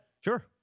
Sure